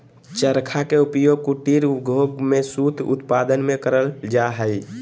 चरखा के उपयोग कुटीर उद्योग में सूत उत्पादन में करल जा हई